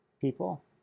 people